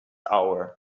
hour